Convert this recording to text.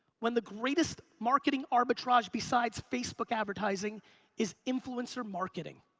when the greatest marketing arbitrage besides facebook advertising is influencer marketing.